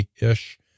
ish